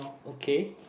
okay